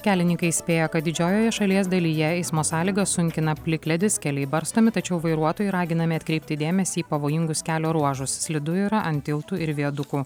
kelininkai įspėja kad didžiojoje šalies dalyje eismo sąlygas sunkina plikledis keliai barstomi tačiau vairuotojai raginami atkreipti dėmesį į pavojingus kelio ruožus slidu yra ant tiltų ir viadukų